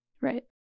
right